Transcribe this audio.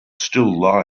still